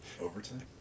Overtime